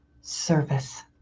service